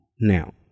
now